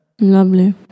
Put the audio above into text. Lovely